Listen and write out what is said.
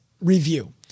review